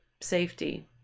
safety